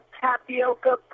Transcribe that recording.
tapioca